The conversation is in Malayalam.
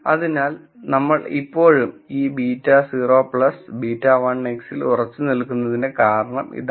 അതിനാൽ ഞങ്ങൾ ഇപ്പോഴും ഈ β0 β1 x ൽ ഉറച്ചുനിൽക്കുന്നതിന്റെ കാരണം ഇതാണ്